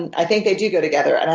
and i think they do go together. and